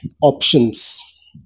options